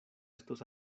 estos